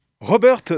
Robert